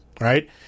Right